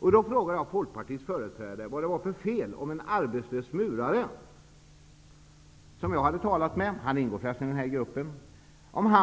Jag frågade då Folkpartiets företrädare vad det var för fel om en arbetslös murare, som jag hade talat med,